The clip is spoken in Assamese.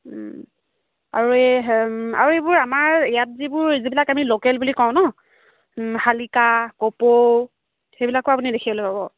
আৰু এই আৰু এইবোৰ আমাৰ ইয়াত যিবোৰ যিবিলাক আমি লোকেল বুলি কওঁ ন শালিকা কপৌ সেইবিলাকো আপুনি দেখিবলৈ পাব